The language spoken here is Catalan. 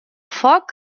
foc